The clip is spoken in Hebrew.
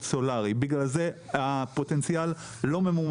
סולאריים; בגלל זה הפוטנציאל לא ממומש.